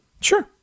Sure